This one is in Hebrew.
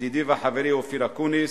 ידידי וחברי אופיר אקוניס,